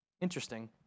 Interesting